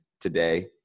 today